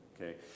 okay